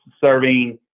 serving